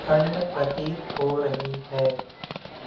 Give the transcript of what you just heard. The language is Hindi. ठंड प्रतीत हो रही है